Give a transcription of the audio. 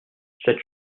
cette